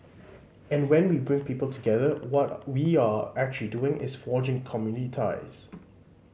and when we bring people together what we are actually doing is forging community ties